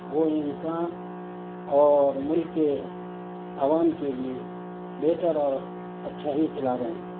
وہ انسان اور ملک کے عوام کے لیے بہتر اور اچھا ہی چلا رہے ہیں